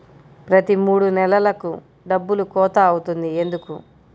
ప్రతి మూడు నెలలకు డబ్బులు కోత అవుతుంది ఎందుకు?